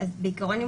בעיקרון,